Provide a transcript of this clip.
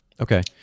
Okay